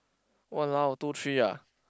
!walao! two three ah